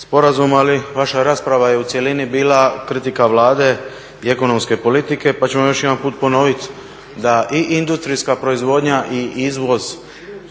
sporazum ali vaša rasprava je u cjelini bila kritika Vlade i ekonomske politike pa ću vam još jedanput ponovit da i industrijska proizvodnja i izvoz